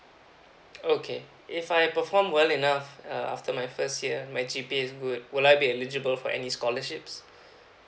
okay if I perform well enough uh after my first year my G_P_A is good will I be eligible for any scholarships